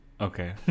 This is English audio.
Okay